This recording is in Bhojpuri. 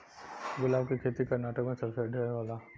गुलाब के खेती कर्नाटक में सबसे ढेर होला